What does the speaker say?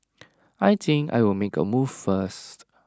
I think I will make A move first